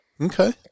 okay